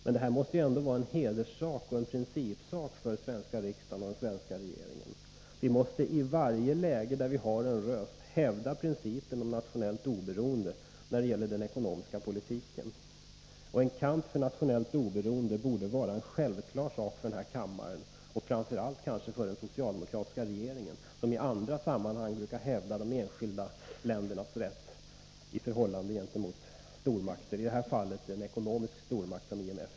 Men detta måste ändå vara en hedersoch principsak för den svenska riksdagen och den svenska regeringen. Vi måste i varje läge där vi har en röst hävda principen om nationellt oberoende när det gäller den ekonomiska politiken. En kamp för nationellt oberoende borde vara en självklar sak för den här kammaren, och framför allt kanske för den socialdemokratiska 15 regeringen, som i andra sammanhang brukar hävda de enskilda ländernas rätt gentemot stormakter. I det här fallet gäller det en ekonomisk stormakt, vilket IMF är.